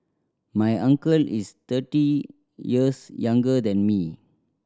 my uncle is thirty years younger than me